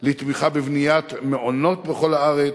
לתמיכה בבניית מעונות בכל הארץ,